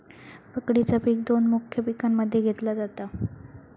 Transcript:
पकडीचा पिक दोन मुख्य पिकांमध्ये घेतला जाता